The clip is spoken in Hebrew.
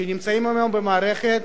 שנמצאים היום במערכת,